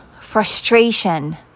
frustration